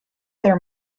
there